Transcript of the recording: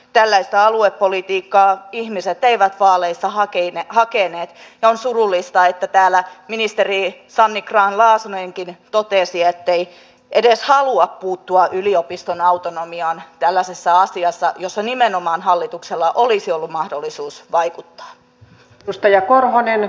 tällaista aluepolitiikkaa ihmiset eivät vaaleissa hakeneet ja on surullista että täällä ministeri sanni grahn laasonenkin totesi ettei edes halua puuttua yliopiston autonomiaan tällaisessa asiassa jossa nimenomaan hallituksella olisi ollut mahdollisuus vaikuttaa